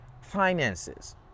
Finances